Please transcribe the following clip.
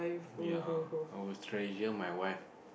ya I was treasure my wife